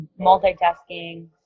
multitasking